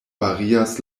varias